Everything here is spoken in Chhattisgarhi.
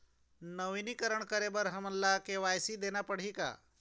नवीनीकरण करे बर हमन ला के.वाई.सी देना पड़ही का?